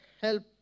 help